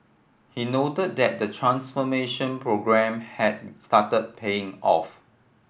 he noted that the transformation programme has started paying off